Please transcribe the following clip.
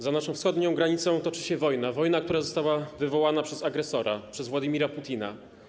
Za naszą wschodnią granicą toczy się wojna, która została wywołana przez agresora, przez Władimira Putina.